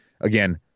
again